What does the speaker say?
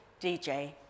DJ